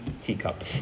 teacup